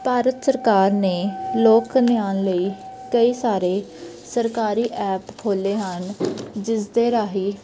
ਭਾਰਤ ਸਰਕਾਰ ਨੇ ਲੋਕ ਕਲਿਆਣ ਲਈ ਕਈ ਸਾਰੇ ਸਰਕਾਰੀ ਐਪ ਖੋਲ੍ਹੇ ਹਨ ਜਿਸ ਦੇ ਰਾਹੀਂ